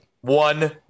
one